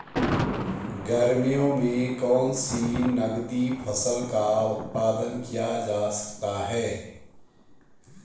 गर्मियों में कौन सी नगदी फसल का उत्पादन किया जा सकता है?